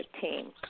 team